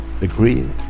agree